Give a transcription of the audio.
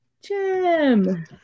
Jim